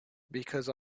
because